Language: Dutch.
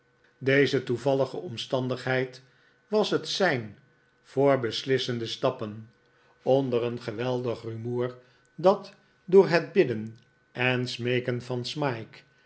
deze toevallige omstandigheid was het sein voor beslissende stappen onder een geweldig rumoer dat door het bidden eh smeeken van smike